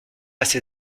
ces